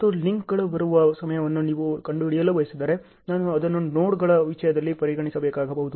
ಮತ್ತು ಈ ಲಿಂಕ್ಗಳು ಬರುವ ಸಮಯವನ್ನು ನೀವು ಕಂಡುಹಿಡಿಯಲು ಬಯಸಿದರೆ ನಾನು ಅದನ್ನು ನೋಡ್ಗಳ ವಿಷಯದಲ್ಲಿ ಪರಿಗಣಿಸಬೇಕಾಗಬಹುದು